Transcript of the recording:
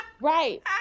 Right